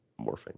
morphing